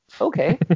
Okay